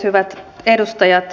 hyvät edustajat